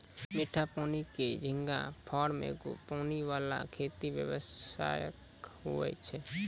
मीठा पानी के झींगा फार्म एगो पानी वाला खेती व्यवसाय हुवै छै